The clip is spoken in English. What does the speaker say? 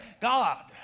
God